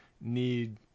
need